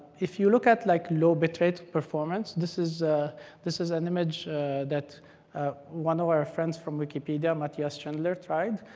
if you look at like low bitrate performance this is this is an image that one of our friends from wikipedia, mathias schindler tried.